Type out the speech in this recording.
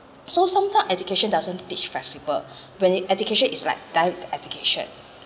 so sometime education doesn't teach flexible when education is like die with education